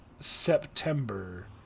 September